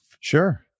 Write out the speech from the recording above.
sure